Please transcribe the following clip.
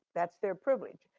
that's their privilege.